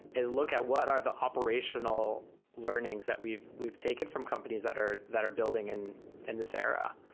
is look at what are the operational learnings that we've we've taken from companies that are that are building in and this era,